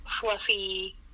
fluffy